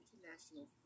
International